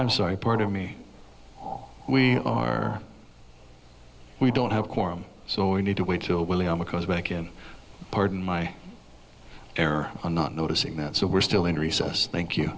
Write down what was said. i'm sorry part of me we are we don't have a quorum so we need to wait till william because back in pardon my error in not noticing that so we're still in recess thank you